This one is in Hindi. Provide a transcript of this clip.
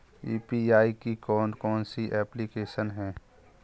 यू.पी.आई की कौन कौन सी एप्लिकेशन हैं?